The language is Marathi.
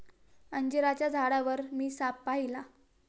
अंजिराच्या झाडावर मी साप पाहिला